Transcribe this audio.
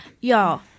y'all